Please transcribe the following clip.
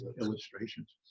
illustrations